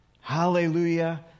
Hallelujah